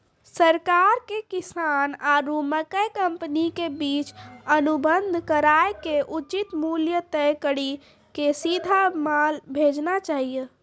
सरकार के किसान आरु मकई कंपनी के बीच अनुबंध कराय के उचित मूल्य तय कड़ी के सीधा माल भेजना चाहिए?